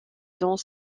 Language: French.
dans